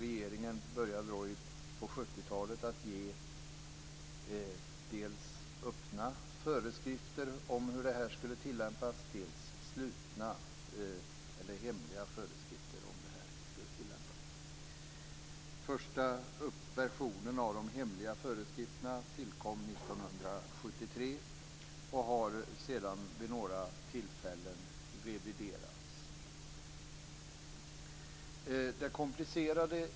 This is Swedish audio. Regeringen började på 70-talet att ge ut dels öppna föreskrifter, dels hemliga föreskrifter om hur denna skulle tillämpas. Första versionen av de hemliga föreskrifterna tillkom 1973 och har sedan vid några tillfällen reviderats.